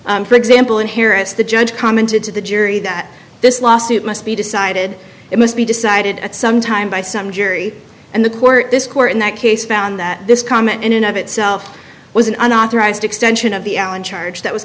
charges for example and here if the judge commented to the jury that this lawsuit must be decided it must be decided at some time by some jury and the court this court in that case found that this comment in and of itself was an unauthorized extension of the allen charge that was